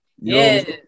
Yes